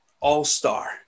All-Star